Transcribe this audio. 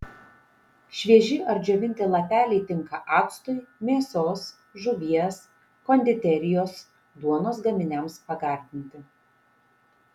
švieži ar džiovinti lapeliai tinka actui mėsos žuvies konditerijos duonos gaminiams pagardinti